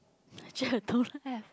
actually I don't have